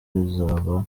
rizaba